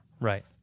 Right